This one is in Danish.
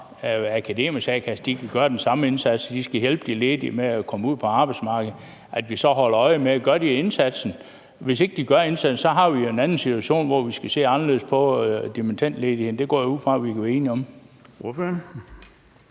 Akademikernes A-kasse, kan gøre den samme indsats for at hjælpe de ledige med at komme ud på arbejdsmarkedet. Vi skal så holde øje med, om de gør den indsats. Hvis ikke de gør indsatsen, har vi jo en anden situation, hvor vi skal se anderledes på dimittendledigheden. Det går jeg